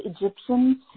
Egyptians